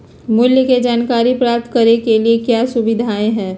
मूल्य के जानकारी प्राप्त करने के लिए क्या क्या सुविधाएं है?